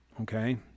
okay